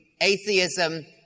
atheism